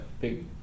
big